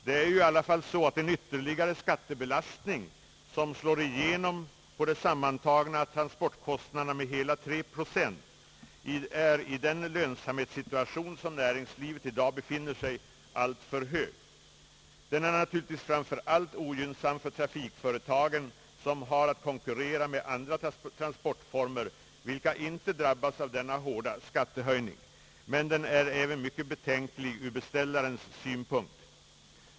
Det är ju i alla fall så, att en ytterligare skattebelastning som slår igenom på de sammantagna trafikinkomsterna med hela 3 procent är alltför hög i den lönsamhetssituation som näringslivet i dag befinner sig i. Den är naturligtvis mycket ogynnsam för de trafikföretag som har att konkurrera med andra trafikformer, vilka inte drabbas av denna hårda skattehöjning. Men den är även mycket betänklig ur beställarens synpunkt.